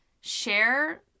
share